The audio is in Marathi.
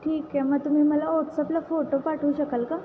ठीक आहे मग तुम्ही मला व्हॉट्सअपला फोटो पाठवू शकाल का